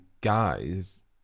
guys